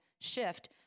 shift